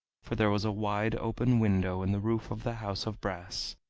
for there was a wide open window in the roof of the house of brass.